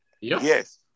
Yes